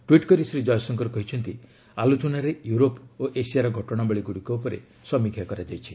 tweet କରି ଶ୍ରୀ ଜୟଶଙ୍କର କହିଛନ୍ତି ଆଲୋଚନାରେ ୟୁରୋପ୍ ଓ ଏସିଆର ଘଟଣାବଳୀଗୁଡ଼ିକ ଉପରେ ସମୀକ୍ଷା କରାଯାଇଛି